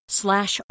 slash